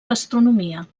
gastronomia